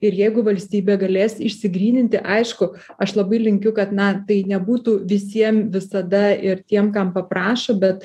ir jeigu valstybė galės išsigryninti aišku aš labai linkiu kad na tai nebūtų visiem visada ir tiem kam paprašo bet